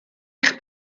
eich